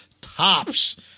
tops